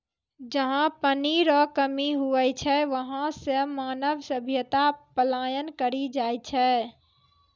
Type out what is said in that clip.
जहा पनी रो कमी हुवै छै वहां से मानव सभ्यता पलायन करी जाय छै